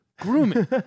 Grooming